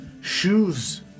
Shoes